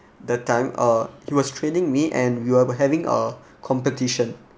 the time uh he was training me and we were having a competition